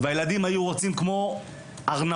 הילדים היו רצים כמו ארנבות